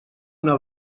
una